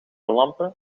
lampen